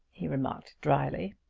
he remarked dryly.